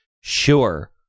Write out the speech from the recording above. sure